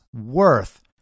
worth